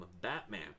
Batman